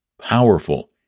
powerful